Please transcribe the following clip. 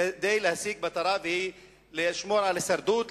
כדי להשיג מטרה שהיא לשמור על הישרדות,